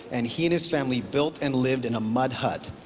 and he and his family built and lived in a mud hut.